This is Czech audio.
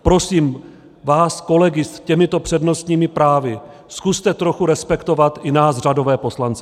Prosím vás kolegy s těmito přednostními právy, zkuste trochu respektovat i nás, řadové poslance.